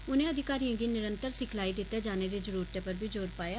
उने अध्कारियें गी निरंतर सिखलाई दित्ते जाने दी जरूरतै पर बी जोर पाया